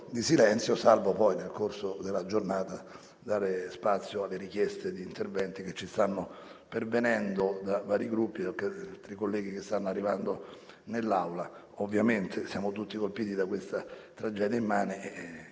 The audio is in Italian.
Grazie a tutti.